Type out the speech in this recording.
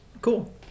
Cool